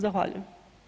Zahvaljujem.